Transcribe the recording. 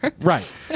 Right